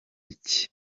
iki